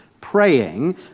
praying